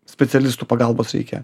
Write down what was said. specialistų pagalbos reikia